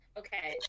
okay